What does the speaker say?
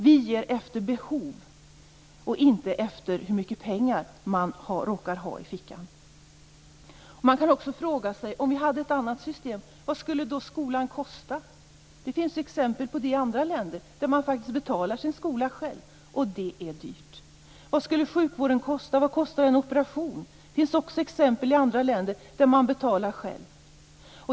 Vi ger efter behov och inte efter hur mycket penar man råkar ha i fickan. Man kan också fråga sig: Om vi hade ett annat system, vad skulle då skolan kosta? Det finns exempel på det i andra länder där man faktiskt betalar sin skola själv. Och det är dyrt! Vad skulle sjukvården kosta? Vad kostar en operation? Det finns också exempel i andra länder där man betalar själv.